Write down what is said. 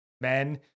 men